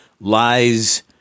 lies